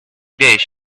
dish